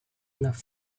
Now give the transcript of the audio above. enough